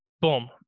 boom